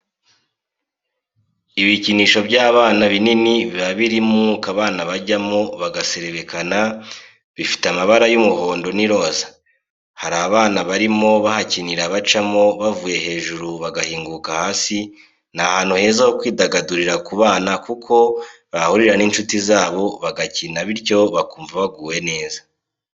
Ibikinisho by'abana binini biba birimo umwuka abana bajyamo bagaserebeka, bifite amabara y'umuhondo n'iroza hari abana barimo bahakinira bacamo bavuye hejuru bagahinguka hasi ni ahantu heza ho kwidagadurira ku bana kuko bahahurira n'inshuti zabo bagakina bityo bakumva baguwe neza.